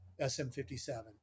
SM57